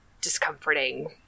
discomforting